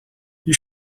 you